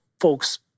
folks